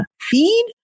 Feed